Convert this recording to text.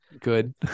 good